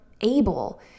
able